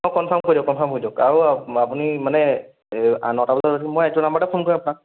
অঁ কনৰ্ফাম কৰি দিয়ক কনৰ্ফাম কৰি দিয়ক আৰু আপুনি মানে এই নটা বজাত উঠিম এইটো নম্বৰতে ফোন কৰিম আপোনাক